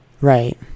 Right